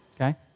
okay